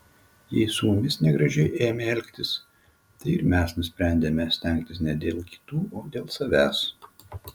jei su mumis negražiai ėmė elgtis tai ir mes nusprendėme stengtis ne dėl kitų o dėl savęs